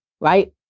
right